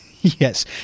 Yes